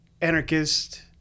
anarchist